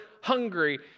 hungry